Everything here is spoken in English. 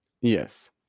Yes